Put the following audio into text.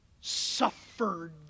suffered